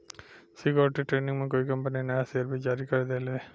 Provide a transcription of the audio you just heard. security training में कोई company नया शेयर भी जारी कर देले